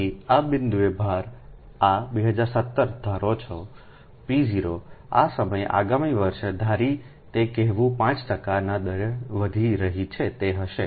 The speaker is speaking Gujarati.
તેથી આ બિંદુએ ભાર આ 2017 ધારો છેp0આ સમયે આગામી વર્ષે ધારી તે કહેવું 5 ટકા ના દરે વધી રહી છે તે હશે